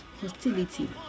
hostility